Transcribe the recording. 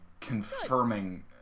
Confirming